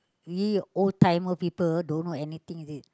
we old timer people don't know anything is it